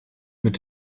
mit